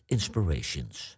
Inspirations